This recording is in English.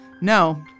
No